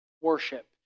worship